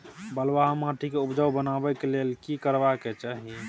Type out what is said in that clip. बालुहा माटी के उपजाउ बनाबै के लेल की करबा के चाही?